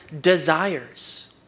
desires